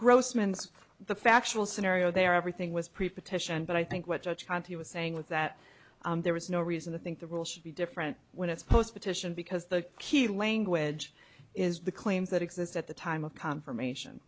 grossman's the factual scenario there everything was preposition but i think what judge conti was saying with that there was no reason to think the rule should be different when it's post petition because the key language is the claims that exist at the time of confirmation